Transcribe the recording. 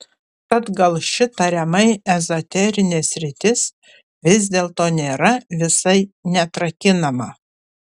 tad gal ši tariamai ezoterinė sritis vis dėlto nėra visai neatrakinama